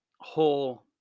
whole